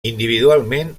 individualment